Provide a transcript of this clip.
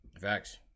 Facts